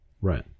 Right